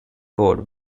code